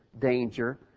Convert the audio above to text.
danger